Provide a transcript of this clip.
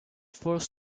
forced